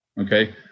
okay